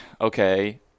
okay